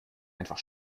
einfach